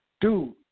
Dude